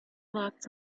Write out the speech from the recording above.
locked